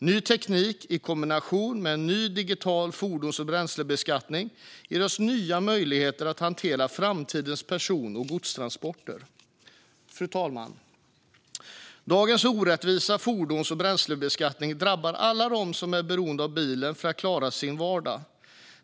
Ny teknik i kombination med en ny digital fordons och bränslebeskattning ger oss nya möjligheter att hantera framtidens person och godstransporter. Fru talman! Dagens orättvisa fordons och bränslebeskattning drabbar alla dem som är beroende av bilen för att klara sin vardag.